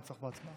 אין צורך בהצבעה.